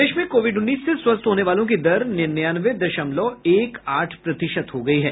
प्रदेश में कोविड उन्नीस से स्वस्थ होने वालों की दर निन्यानवे दशमलव एक आठ प्रतिशत हो गयी है